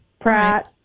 Pratt